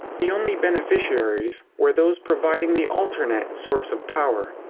the only beneficiaries were those providing the alternate source of power.